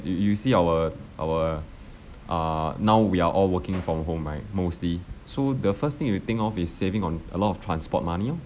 you you see our our err now we are all working from home right mostly so the first thing you think of is saving on a lot of transport money orh